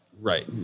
Right